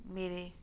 ਮੇਰੇ